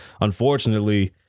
unfortunately